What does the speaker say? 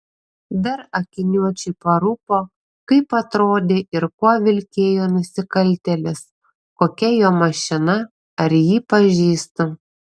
dar akiniuočiui parūpo kaip atrodė ir kuo vilkėjo nusikaltėlis kokia jo mašina ar jį pažįstu